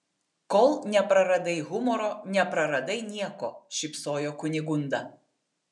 kol nepraradai humoro nepraradai nieko šypsojo kunigunda